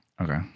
okay